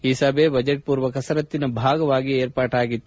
ಈ ಸಭೆ ಬಜೆಟ್ ಪೂರ್ವ ಕಸರತ್ತಿನ ಭಾಗವಾಗಿ ಏರ್ಪಾಟಾಗಿತ್ತು